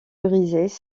prisés